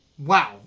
Wow